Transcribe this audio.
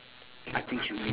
I think should be